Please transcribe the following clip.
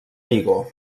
vigo